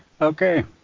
okay